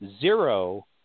zero